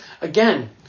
again